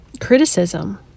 criticism